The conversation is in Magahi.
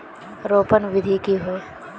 रोपण विधि की होय?